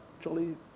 jolly